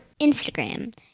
Instagram